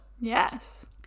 yes